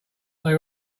they